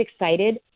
excited